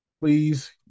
Please